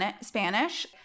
Spanish